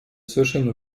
совершенно